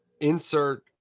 insert